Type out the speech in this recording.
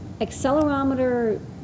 accelerometer